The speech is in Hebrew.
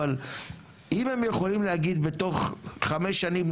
אבל אם הם יכולים להגיד בתוך חמש שנים,